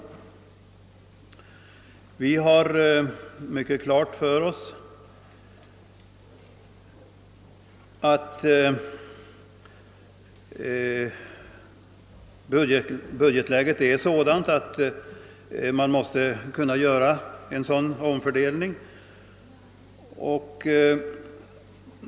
Vi har klart för oss att budgetläget är sådant, att det inte kan bli fråga om en anslagshöjning utan endast om en omfördelning.